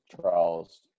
Charles